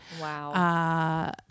Wow